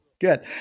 Good